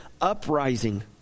uprising